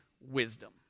wisdom